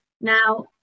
Now